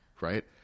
right